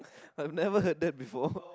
I have never heard that before